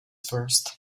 first